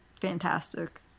fantastic